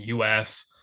uf